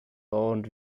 owned